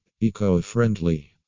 Eco-friendly